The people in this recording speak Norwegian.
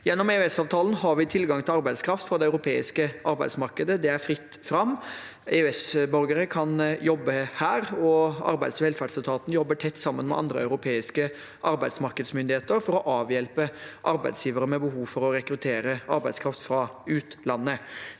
Gjennom EØS-avtalen har vi tilgang til arbeidskraft fra det europeiske arbeidsmarkedet. Det er fritt fram, EØS-borgere kan jobbe her, og arbeids- og velferdsetaten jobber tett sammen med andre europeiske arbeidsmarkedsmyndigheter for å avhjelpe arbeidsgivere med behov for å rekruttere arbeidskraft fra utlandet.